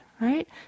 right